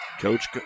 Coach